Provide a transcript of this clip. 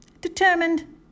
determined